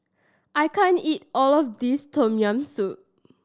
I can't eat all of this Tom Yam Soup